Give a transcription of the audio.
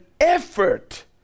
effort